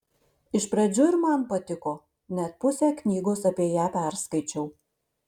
iš pradžių ir man patiko net pusę knygos apie ją perskaičiau